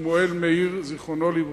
שמואל מאיר זכרו לברכה,